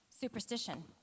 Superstition